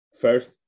first